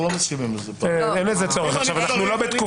וניהול הישיבה בדרך של היוועדות חזותית